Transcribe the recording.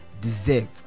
deserve